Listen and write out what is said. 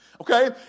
okay